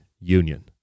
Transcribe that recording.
union